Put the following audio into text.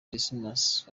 dismas